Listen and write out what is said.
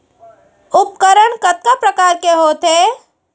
उपकरण कतका प्रकार के होथे?